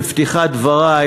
בפתיחת דברי,